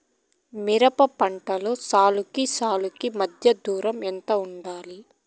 మిరప పంటలో సాలుకి సాలుకీ మధ్య దూరం ఎంత వుండాలి?